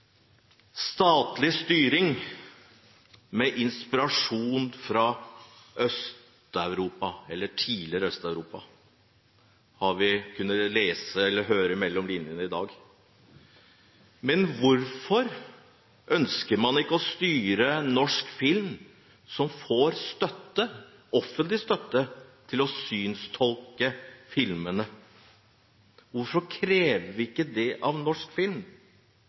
Statlig styring, med inspirasjon fra tidligere Øst-Europa – det har vi kunnet høre om eller kunnet lese mellom linjene i dag. Men hvorfor ønsker man ikke å styre norsk film, som får offentlig støtte til å synstolke filmene? Hvorfor krever vi ikke dette av norsk film,